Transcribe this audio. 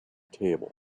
table